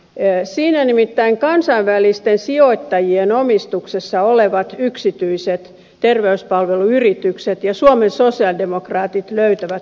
siinä nimittäin kansainvälisten sijoittajien omistuksessa olevat yksityiset terveyspalveluyritykset ja suomen sosialidemokraatit löytävät toisensa